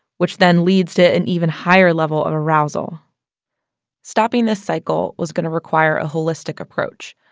which then leads to and even higher levels of arousal stopping the cycle was going to require a holistic approach.